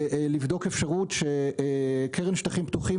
לבדוק אפשרות שהקרן לשטחים פתוחים,